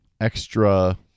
extra